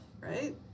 right